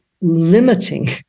limiting